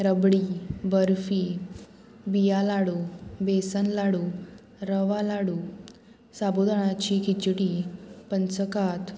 रबडी बर्फी बियां लाडू बेसन लाडू रवा लाडू साबूदणाची खिचडी पंचकात